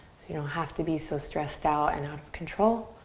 you know have to be so stressed out and out of control.